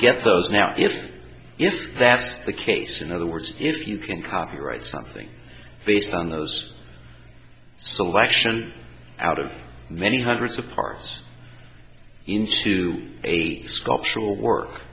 get those now if if that's the case in other words if you can copyright something based on those selection out of many hundreds of parts into a sculptural work